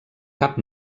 cap